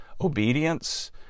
Obedience